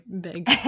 big